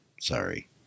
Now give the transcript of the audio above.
Sorry